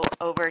over